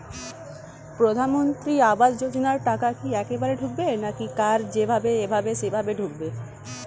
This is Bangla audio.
প্রধানমন্ত্রী আবাস যোজনার টাকা কি একবারে ঢুকবে নাকি কার যেভাবে এভাবে সেভাবে ঢুকবে?